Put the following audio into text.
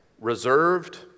reserved